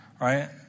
right